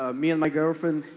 ah me and my girlfriend.